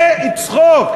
זה צחוק.